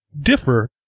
differ